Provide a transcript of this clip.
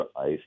ice